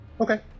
Okay